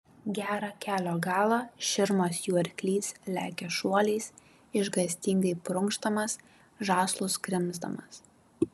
gerą kelio galą širmas jų arklys lekia šuoliais išgąstingai prunkšdamas žąslus krimsdamas